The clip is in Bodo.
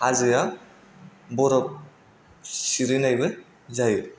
हाजोया बरफ सिरिनायबो जायो